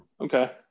Okay